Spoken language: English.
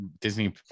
Disney